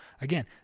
again